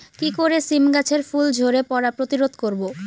কি করে সীম গাছের ফুল ঝরে পড়া প্রতিরোধ করব?